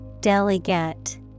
Delegate